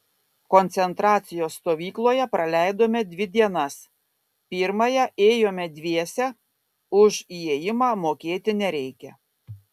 koncentracijos stovykloje praleidome dvi dienas pirmąją ėjome dviese už įėjimą mokėti nereikia